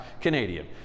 Canadian